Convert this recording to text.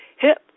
hip